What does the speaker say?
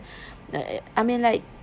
like uh I mean like